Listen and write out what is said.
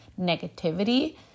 negativity